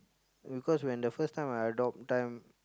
because when the first time I adopt that time